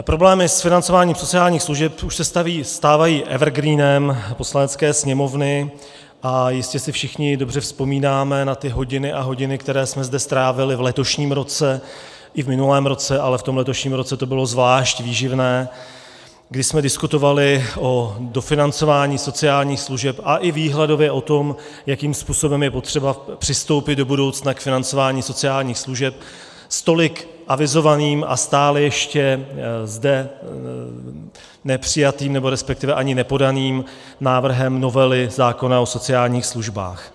Problémy s financováním sociálních služeb už se stávající evergreenem Poslanecké sněmovny a jistě si všichni dobře vzpomínáme na ty hodiny a hodiny, které jsme zde strávili v letošním roce i v minulém roce, ale v tom letošním roce to bylo zvlášť výživné, kdy jsme diskutovali o dofinancování sociálních služeb a i výhledově o tom, jakým způsobem je potřeba přistoupit do budoucna k financování sociálních služeb s tolik avizovaným a stále ještě zde nepřijatým, nebo respektive ani nepodaným návrhem novely zákona o sociálních službách.